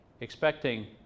expecting